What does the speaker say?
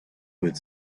would